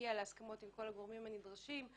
הגיע להסכמות עם כל הגורמים הנדרשים.